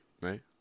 right